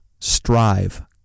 Strive